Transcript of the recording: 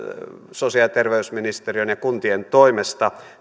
sosiaali ja terveysministeriön ja kuntien toimesta